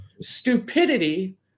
Stupidity